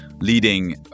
Leading